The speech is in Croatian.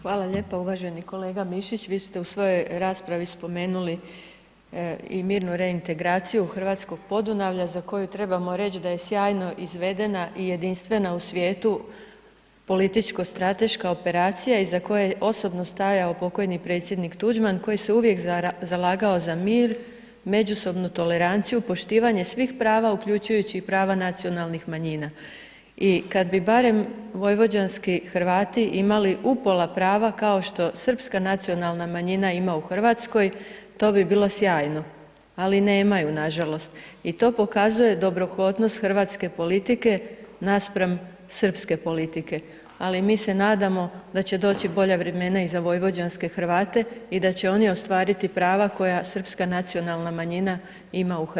Hvala lijepo, uvaženi kolega Mišić, vi ste u svojoj raspravi spomenuli i mirnu reintegraciju hrvatskog Podunavlja za koju trebamo reć da je sjajno izvedena i jedinstvena u svijetu, političko strateška operacija iza koje je osobno stajao pokojni predsjednik Tuđman koji se uvijek zalagao za mir, međusobnu toleranciju, poštivanje svih prava uključujući i prava nacionalnih manjina i kad bi barem vojvođanski Hrvati imali upola prava kao što srpska nacionalna manjina ima u RH, to bi bilo sjajno, ali nemaju nažalost i to pokazuje dobrohotnost hrvatske politike naspram srpske politike, ali mi se nadamo da će doći bolja vremena i za vojvođanske Hrvate i da će oni ostvariti prava koja srpska nacionalna manjina ima u RH.